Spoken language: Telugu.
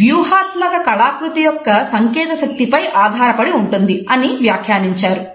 వ్యూహాత్మక కళాకృతి యొక్క సంకేత శక్తిపై ఆధారపడి ఉంటుంది" అని వ్యాఖ్యానించారు